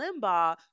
Limbaugh